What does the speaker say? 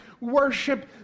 worship